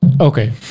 Okay